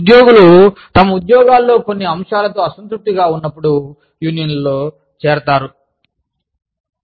ఉద్యోగులు తమ ఉద్యోగాల్లో కొన్ని అంశాలతో అసంతృప్తిగా ఉన్నప్పుడు యూనియన్లలో చేరతారు